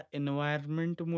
environment